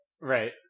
Right